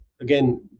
Again